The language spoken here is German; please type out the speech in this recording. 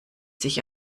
sich